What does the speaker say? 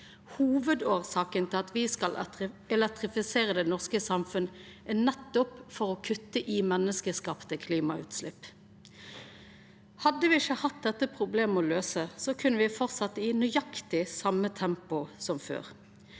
Hovudårsaka til at me skal elektrifisere det norske samfunnet, er nettopp å kutta i menneskeskapte klimautslepp. Hadde me ikkje hatt dette problemet å løysa, kunne me ha halde fram i nøyaktig same tempo som før.